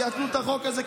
דייקנו את החוק הזה,